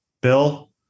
Bill